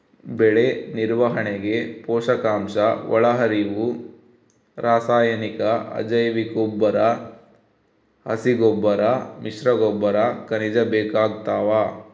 ಬೆಳೆನಿರ್ವಹಣೆಗೆ ಪೋಷಕಾಂಶಒಳಹರಿವು ರಾಸಾಯನಿಕ ಅಜೈವಿಕಗೊಬ್ಬರ ಹಸಿರುಗೊಬ್ಬರ ಮಿಶ್ರಗೊಬ್ಬರ ಖನಿಜ ಬೇಕಾಗ್ತಾವ